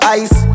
ice